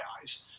eyes